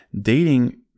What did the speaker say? dating